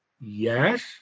Yes